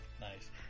Nice